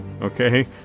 Okay